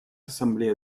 ассамблея